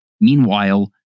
Meanwhile